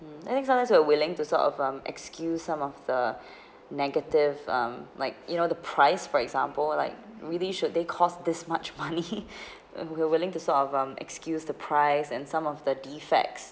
mm I think as long as we're willing to sort of um excuse some of the negative um like you know the price for example are like really should they cost this much money who who are willing to sort of um excuse the price and some of the defects